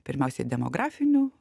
pirmiausiai demografiniu